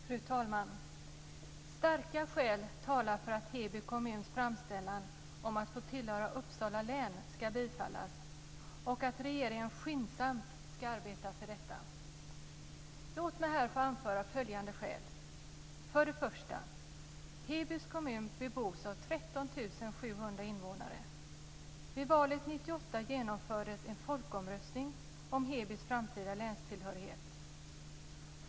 Fru talman! Starka skäl talar för att Heby kommuns framställan om att få tillhöra Uppsala län ska bifallas och att regeringen skyndsamt ska arbeta för detta. Låt mig här få anföra följande skäl: För det första: Heby kommun bebos av 13 700 invånare. Vid valet 1998 genomfördes en folkomröstning om Hebys framtida länstillhörighet.